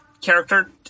character